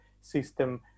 system